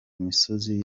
misozi